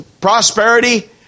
prosperity